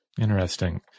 Interesting